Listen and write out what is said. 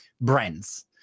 brands